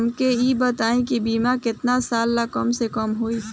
हमके ई बताई कि बीमा केतना साल ला कम से कम होई?